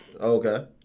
Okay